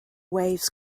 waves